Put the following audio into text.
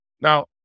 Now